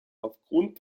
aufgrund